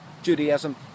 Judaism